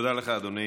תודה לך, אדוני.